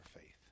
faith